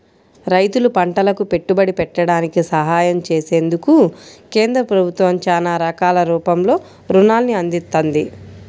రైతులు పంటలకు పెట్టుబడి పెట్టడానికి సహాయం చేసేందుకు కేంద్ర ప్రభుత్వం చానా రకాల రూపంలో రుణాల్ని అందిత్తంది